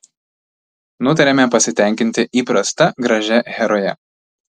nutarėme pasitenkinti įprasta gražia heroje